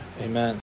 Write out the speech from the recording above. amen